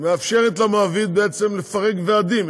מאפשרת למעביד בעצם לפרק ועדים,